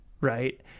right